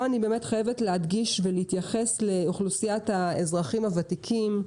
פה אני באמת חייבת להדגיש ולהתייחס לאוכלוסיית האזרחים הוותיקים,